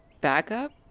backup